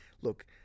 look